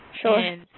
sure